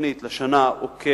התוכנית לשנה העוקבת,